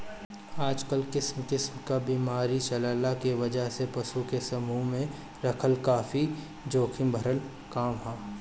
आजकल किसिम किसिम क बीमारी चलला के वजह से पशु के समूह में रखल काफी जोखिम भरल काम ह